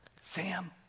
Sam